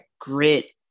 grit